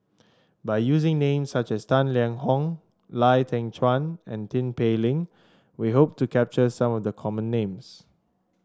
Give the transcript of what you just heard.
by using names such as Tang Liang Hong Lau Teng Chuan and Tin Pei Ling we hope to capture some of the common names